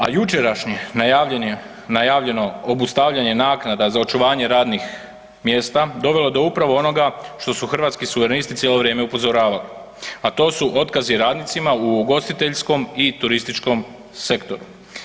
A jučerašnje najavljeno obustavljanje naknada za očuvanje radnih mjesta, dovelo je do upravo onoga što su Hrvatsku suverenisti cijelo vrijeme upozoravali a to su otkazi radnicima u ugostiteljskom i turističkom sektoru.